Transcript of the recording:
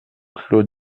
clos